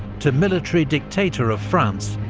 to military dictator of france,